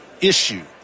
issue